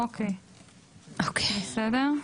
אוקיי בסדר.